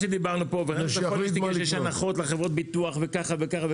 אז כל מה שדיברנו פה וכל ה"פוילשטיק" שיש הנחות לחברות ביטוח וככה וככה,